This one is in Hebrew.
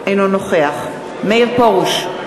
אינו נוכח מאיר פרוש,